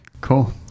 Cool